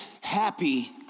happy